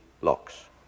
locks